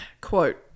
quote